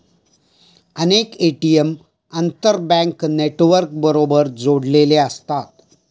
अनेक ए.टी.एम आंतरबँक नेटवर्कबरोबर जोडलेले असतात